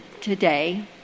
today